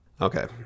Okay